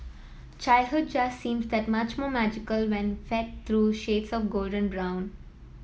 childhood just seems that much more magical when fed through shades of golden brown